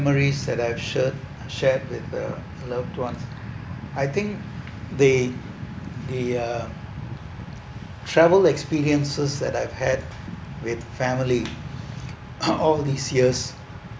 memories that I've shared shared with the loved ones I think they their travel experiences that I've had with family all these years